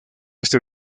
este